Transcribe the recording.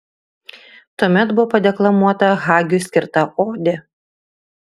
tuomet buvo padeklamuota hagiui skirta odė